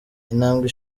intambwe